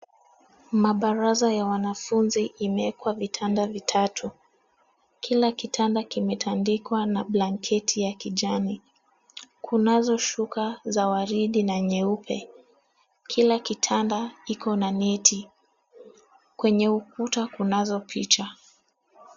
Mabarasa ya wanafunzi imewekwa vitanda vitatu. Kila kitanda kimetandikwa na blanketi ya kijani. Kunazo shuka za waridi na nyeupe. Kila kitanda kiko na neti. Kwenye ukuta kunazo picha.